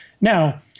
Now